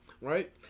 right